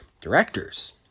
directors